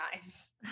times